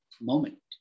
moment